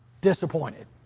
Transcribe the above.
disappointed